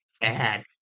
bad